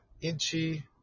inchi